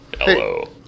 Hello